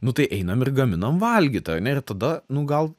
nu tai einam ir gaminam valgyt ane ir tada nu gal